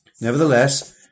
Nevertheless